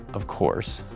of course,